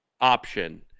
option